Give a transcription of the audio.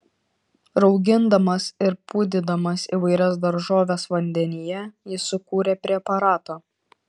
raugindamas ir pūdydamas įvairias daržoves vandenyje jis sukūrė preparatą